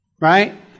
right